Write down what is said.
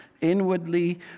inwardly